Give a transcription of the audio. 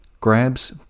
grabs